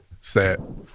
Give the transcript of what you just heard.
Sad